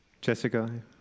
Jessica